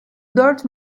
dört